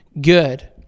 good